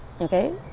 okay